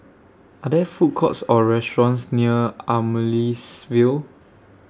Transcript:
Are There Food Courts Or restaurants near Amaryllis Ville